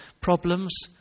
problems